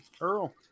Earl